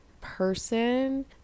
person